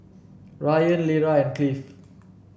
Rylan Lera and Cleave